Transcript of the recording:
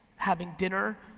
having dinner,